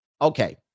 Okay